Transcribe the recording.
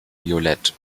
violett